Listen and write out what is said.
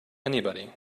anybody